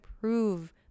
prove